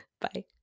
Bye